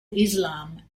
islam